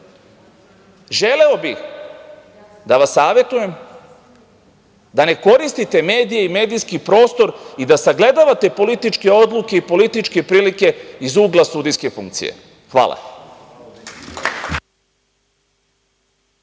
želeo bih da vas savetujem da ne koristite medije i medijski prostor i da sagledavate političke odluke i političke prilike iz ugla sudijske funkcije. Hvala.